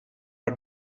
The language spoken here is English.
are